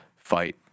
fight